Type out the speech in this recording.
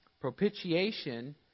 Propitiation